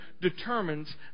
determines